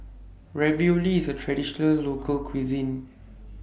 Ravioli IS A Traditional Local Cuisine